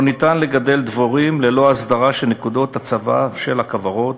לא ניתן לגדל דבורים ללא הסדרה של נקודות הצבה של הכוורות.